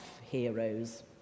heroes